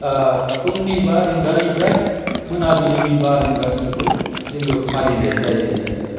फुंनि बा रिंगानिफ्राय मोनाबिलिनि बा रिंगासिमखौ जोङो फालिनाय जायो आरो